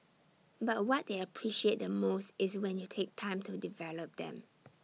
but what they appreciate the most is when you take time to develop them